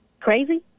crazy